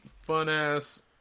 fun-ass